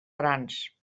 grans